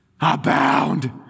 abound